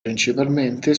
principalmente